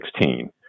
2016